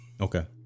okay